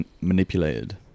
manipulated